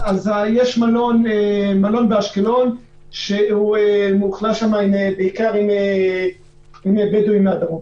יש מלון באשקלון שמאוכלס בעיקר עם בדואים מהדרום.